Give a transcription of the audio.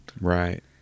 Right